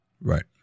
Right